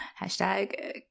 Hashtag